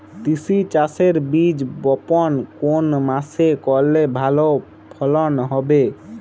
তিসি চাষের বীজ বপন কোন মাসে করলে ভালো ফলন হবে?